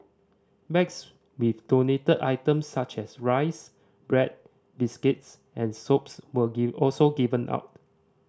bags with donated items such as rice bread biscuits and soaps were give also given out